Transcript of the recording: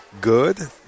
good